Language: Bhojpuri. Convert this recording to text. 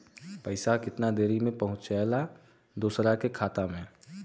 पैसा कितना देरी मे पहुंचयला दोसरा के खाता मे?